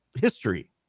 history